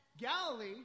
Galilee